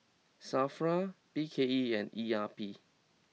Safra B K E and E R P